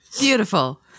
Beautiful